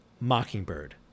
Mockingbird